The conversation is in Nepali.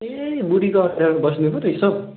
ए बुढिको अन्डरमा बस्ने पो रहेछ हौ